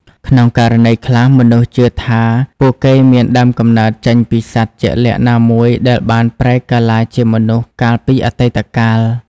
ក្នុងករណីខ្លះ មនុស្សជឿថាពួកគេមានដើមកំណើតចេញពីសត្វជាក់លាក់ណាមួយដែលបានប្រែក្រឡាជាមនុស្សកាលពីអតីតកាល។